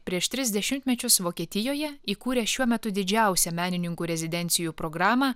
prieš tris dešimtmečius vokietijoje įkūrė šiuo metu didžiausią menininkų rezidencijų programą